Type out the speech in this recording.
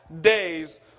days